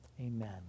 Amen